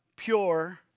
pure